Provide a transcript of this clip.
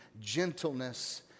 gentleness